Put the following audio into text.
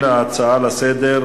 בעד,